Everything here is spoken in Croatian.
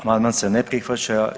Amandman se ne prihvaća.